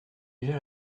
déjà